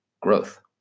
growth